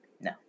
No